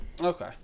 Okay